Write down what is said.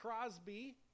Crosby